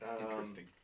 interesting